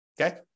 okay